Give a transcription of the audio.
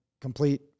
complete